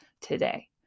today